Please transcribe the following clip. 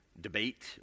debate